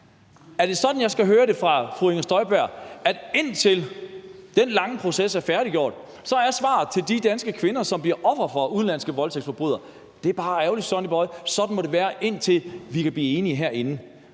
Er det sådan jeg skal forstå det, fru Inger Støjberg siger: at indtil den lange proces er færdiggjort, er svaret til de danske kvinder, som bliver ofre for udenlandske voldtægtsforbrydere altså, at det er bare ærgerligt, Sonny Boy, for sådan må det være, indtil vi kan blive enige herinde?